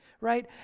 right